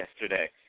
yesterday